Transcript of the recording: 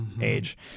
age